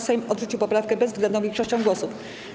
Sejm odrzucił poprawkę bezwzględną większością głosów.